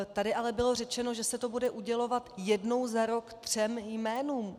Tady ale bylo řečeno, že se to bude udělovat jednou za rok třem jménům.